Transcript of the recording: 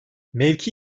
mevki